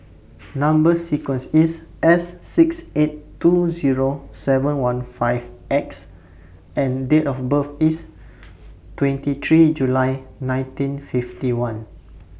Number sequence IS S six eight two Zero seven one five X and Date of birth IS twenty three July nineteen fifty one